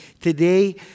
Today